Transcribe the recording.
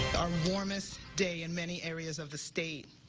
our warmest day in many areas of the state,